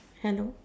hello